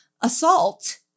assault